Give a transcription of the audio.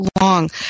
long